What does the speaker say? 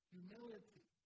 Humility